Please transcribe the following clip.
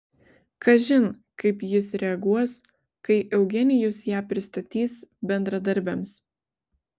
kažin kaip jis reaguos kai eugenijus ją pristatys bendradarbiams